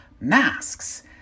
masks